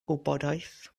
wybodaeth